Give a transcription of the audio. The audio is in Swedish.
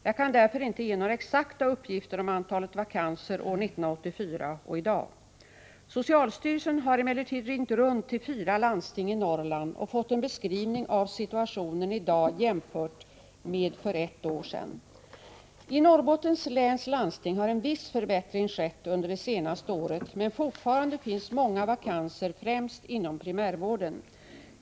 Jag kan därför inte ge några exakta uppgifter om antalet vakanser år 1984 och i dag. Socialstyrelsen har emellertid ringt runt till fyra landsting i Norrland och fått en beskrivning av situationen i dag jämfört med för ett år sedan. I Norrbottens läns landsting har en viss förbättring skett under det senaste året men fortfarande finns många vakanser främst inom primärvården.